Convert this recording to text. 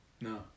No